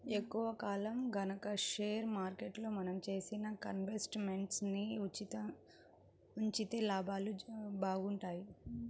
ఎక్కువ కాలం గనక షేర్ మార్కెట్లో మనం చేసిన ఇన్వెస్ట్ మెంట్స్ ని ఉంచితే లాభాలు బాగుంటాయి